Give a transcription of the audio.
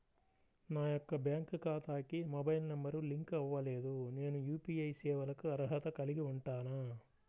నా యొక్క బ్యాంక్ ఖాతాకి మొబైల్ నంబర్ లింక్ అవ్వలేదు నేను యూ.పీ.ఐ సేవలకు అర్హత కలిగి ఉంటానా?